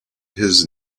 his